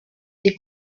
les